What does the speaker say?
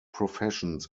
professions